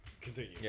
continue